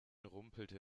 rumpelte